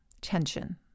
tension